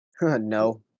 No